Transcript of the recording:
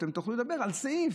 שאתם תוכלו לדבר על סעיף.